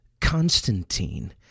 Constantine